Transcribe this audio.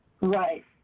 Right